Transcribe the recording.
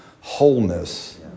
wholeness